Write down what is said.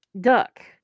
duck